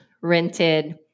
rented